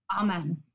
Amen